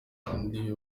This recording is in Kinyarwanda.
abandi